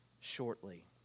shortly